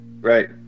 right